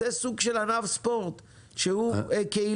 זה סוג של ענף ספורט שהוא קהילתי,